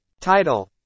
Title